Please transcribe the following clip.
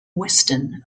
weston